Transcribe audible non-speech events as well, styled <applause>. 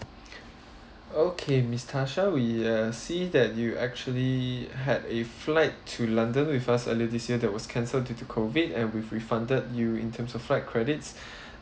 okay miss tasha we uh see that you actually had a flight to london with us earlier this year that was cancelled due to COVID and we've refunded you in terms of flight credits <breath>